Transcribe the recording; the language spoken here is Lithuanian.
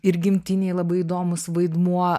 ir gimtinėj labai įdomus vaidmuo